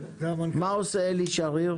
מה עושה אלי שריר?